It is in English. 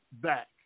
back